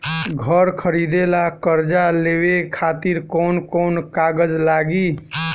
घर खरीदे ला कर्जा लेवे खातिर कौन कौन कागज लागी?